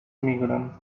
migren